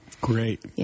Great